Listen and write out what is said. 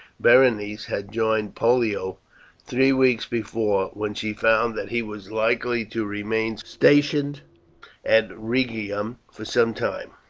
berenice had joined pollio three weeks before, when she found that he was likely to remain stationed at rhegium for some time.